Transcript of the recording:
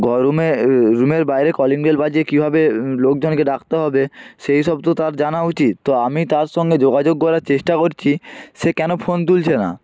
গরমে রুমের বাইরে কলিং বেল বাজিয়ে কীভাবে লোকজনকে ডাকতে হবে সেই সব তো তার জানা উচিত তো আমি তার সঙ্গে যোগাযোগ করার চেষ্টা করছি সে কেন ফোন তুলছে না